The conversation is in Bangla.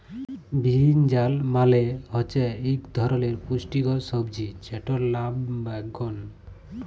বিরিনজাল মালে হচ্যে ইক ধরলের পুষ্টিকর সবজি যেটর লাম বাগ্যুন